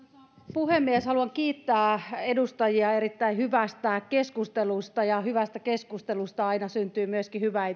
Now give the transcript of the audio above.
puhemies haluan kiittää edustajia erittäin hyvästä keskustelusta ja hyvästä keskustelusta aina syntyy myöskin